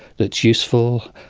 that's useful,